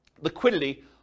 liquidity